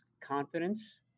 confidence